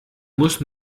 muss